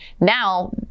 Now